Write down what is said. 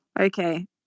okay